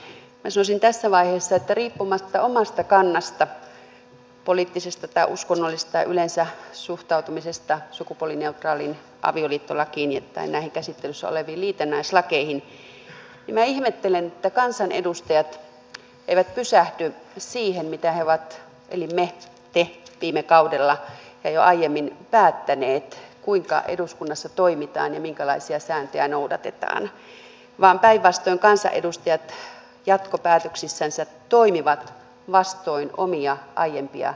minä sanoisin tässä vaiheessa että riippumatta omasta kannastani poliittisesta tai uskonnollisesta tai yleensä suhtautumisesta sukupuolineutraaliin avioliittolakiin ja näihin käsittelyssä oleviin liitännäislakeihin minä ihmettelen että kansanedustajat eivät pysähdy siihen mitä he eli me te ovat viime kaudella ja jo aiemmin päättäneet kuinka eduskunnassa toimitaan ja minkälaisia sääntöjä noudatetaan vaan päinvastoin kansanedustajat jatkopäätöksissänsä toimivat vastoin omia aiempia säädöksiään